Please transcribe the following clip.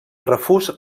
refús